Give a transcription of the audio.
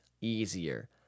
easier